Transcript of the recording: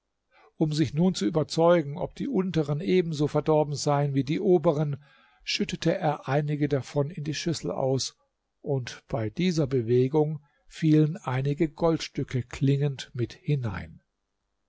um sich nun zu überzeugen ob die unteren ebenso verdorben seien wie die oberen schüttete er einige davon in die schüssel aus und bei dieser bewegung fielen einige goldstücke klingend mit hinein